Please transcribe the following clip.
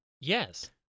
Yes